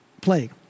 plague